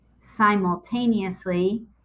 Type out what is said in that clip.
Simultaneously